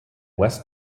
west